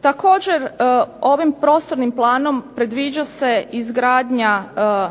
Također ovim prostornim planom predviđa se izgradnja